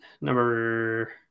Number